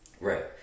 Right